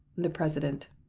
the president